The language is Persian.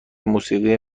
موسیقی